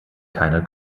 keiner